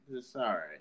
sorry